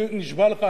אני נשבע לך,